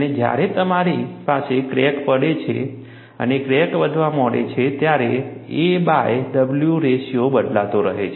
અને જ્યારે તમારી પાસે ક્રેક પડે છે અને ક્રેક વધવા માંડે છે ત્યારે a બાય w રેશિયો બદલાતો રહે છે